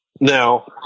Now